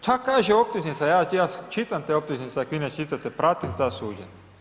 Tako kaže optužnica, ja čitam te optužnice ak vi ne čitate, pratim ta suđenja.